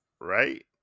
right